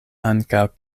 ankaŭ